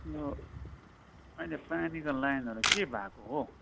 यो अहिले पानीको लाइनहरू के भएको हौ